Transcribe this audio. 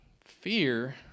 Fear